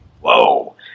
whoa